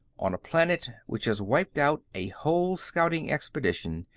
on a planet which has wiped out a whole scouting expedition,